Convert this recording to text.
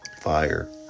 fire